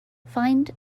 find